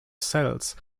cells